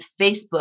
Facebook